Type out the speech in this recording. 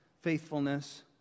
faithfulness